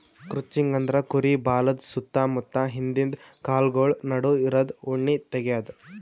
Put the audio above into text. crutching ಅಂದ್ರ ಕುರಿ ಬಾಲದ್ ಸುತ್ತ ಮುತ್ತ ಹಿಂದಿಂದ ಕಾಲ್ಗೊಳ್ ನಡು ಇರದು ಉಣ್ಣಿ ತೆಗ್ಯದು